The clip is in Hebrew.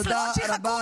תודה רבה.